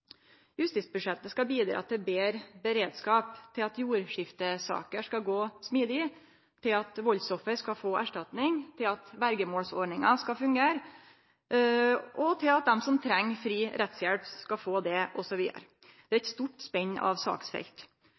Justisbudsjettet skal bidra til betre beredskap, til at jordskiftesaker skal gå smidig, til at valdsoffer skal få erstatning, til at vergemålsordninga skal fungere, til at dei som treng fri rettshjelp, skal få det, osv. Det er eit stort spenn av saksfelt.